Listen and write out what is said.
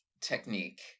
technique